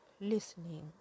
listening